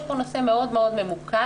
יש פה נושא מאוד מאוד ממוקד,